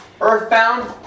Earthbound